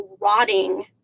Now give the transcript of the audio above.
rotting